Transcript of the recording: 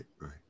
right